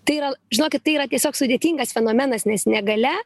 tai yra žinokit tai yra tiesiog sudėtingas fenomenas nes negalia